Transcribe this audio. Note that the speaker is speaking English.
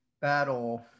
Battle